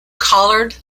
collared